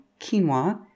quinoa